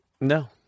No